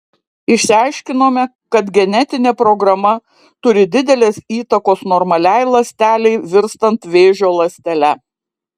išsiaiškinome kad genetinė programa turi didelės įtakos normaliai ląstelei virstant vėžio ląstele